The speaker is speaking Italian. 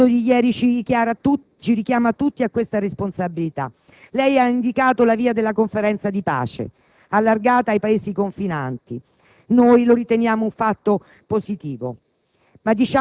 L'attentato di ieri ci richiama tutti a questa responsabilità. Lei ha indicato la via della conferenza di pace allargata ai Paesi confinanti. Lo riteniamo un fatto positivo,